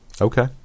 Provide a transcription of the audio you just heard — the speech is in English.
Okay